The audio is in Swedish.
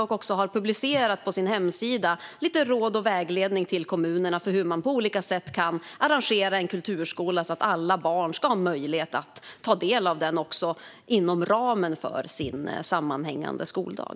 På sin hemsida har man publicerat lite råd och vägledning till kommunerna för hur man på olika sätt kan arrangera en kulturskola så att alla barn ska ha möjlighet att ta del av den också inom ramen för sin sammanhängande skoldag.